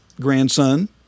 grandson